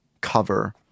cover